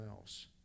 else